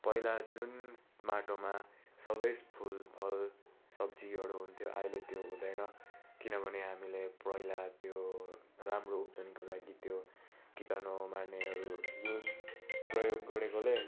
पहिला जुन माटोमा सबै फुल फल सब्जीहरू हुन्थ्यो अहिले त्यो हुँदैन किनभने हामीले पहिला त्यो राम्रो उब्जनीको लागि त्यो किटाणु मार्नेहरू युज प्रयोग गरेकोले